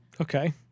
Okay